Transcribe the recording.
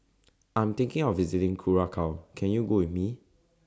I'm thinking of visiting Curacao Can YOU Go with Me